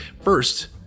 First